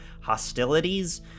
hostilities